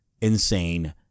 insane